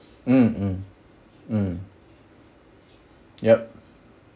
mm mm mm yup